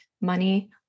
money